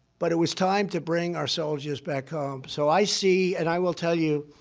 but it was time to bring our soldiers back home. so i see and i will tell you